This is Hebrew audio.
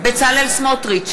בצלאל סמוטריץ,